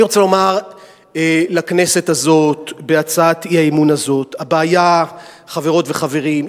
אני רוצה לומר לכנסת הזאת בהצעת אי-האמון הזאת: חברות וחברים,